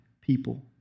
people